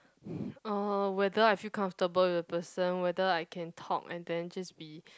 uh whether I feel comfortable with the person whether I can talk and then just be